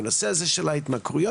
בנושא הזה של ההתמכרויות,